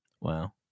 Wow